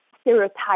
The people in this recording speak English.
stereotype